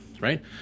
right